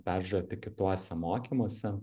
peržūrėti kituose mokymuose